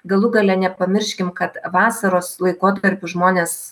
galų gale nepamirškim kad vasaros laikotarpiu žmonės